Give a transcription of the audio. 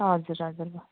हजुर हजुर